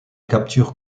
capturent